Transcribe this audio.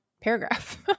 paragraph